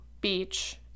beach